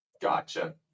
Gotcha